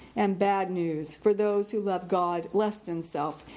and bad news for those who love god less than self.